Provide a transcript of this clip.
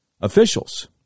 officials